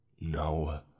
No